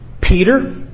Peter